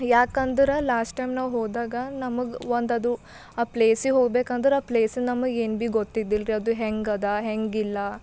ಯಾಕಂದುರ last time ನಾವು ಹೋದಾಗ ನಮಗೆ ಒಂದದು ಆ ಪ್ಲೇಸಿಗೆ ಹೋಗಬೇಕಂದರ ಆ ಪ್ಲೇಸಿಂದು ನಮಗೆ ಏನು ಬಿ ಗೊತ್ತಿದ್ದಿಲ್ರಿ ಅದು ಹೆಂಗದ ಹೆಂಗಿಲ್ಲ